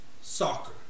soccer